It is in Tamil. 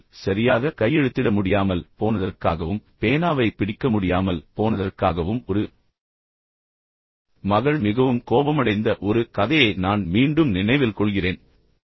காசோலையில் சரியாக கையெழுத்திட முடியாமல் போனதற்காகவும் பேனாவைப் பிடிக்க முடியாமல் போனதற்காகவும் ஒரு மகள் மிகவும் கோபமடைந்த ஒரு கதையை நான் மீண்டும் நினைவில் கொள்கிறேன்